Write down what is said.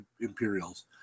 Imperials